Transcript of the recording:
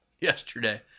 yesterday